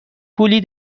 پولی